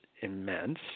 immense